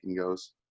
goes